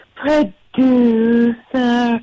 producer